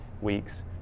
weeks